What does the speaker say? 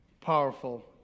powerful